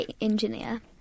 engineer